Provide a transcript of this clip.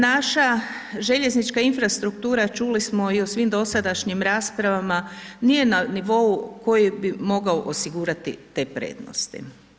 Naša željeznička infrastruktura, čuli smo i u svim dosadašnjim raspravama, nije na nivou, koji bi mogao osigurati te prednosti.